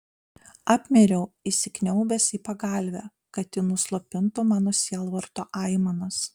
apmiriau įsikniaubęs į pagalvę kad ji nuslopintų mano sielvarto aimanas